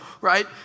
right